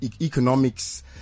economics